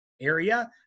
area